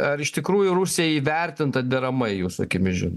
ar iš tikrųjų rusija įvertinta deramai jūsų akimis žiūrint